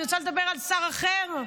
אני רוצה לדבר על שר אחר,